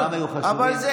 שרובם היו חשובים, עבר הזמן.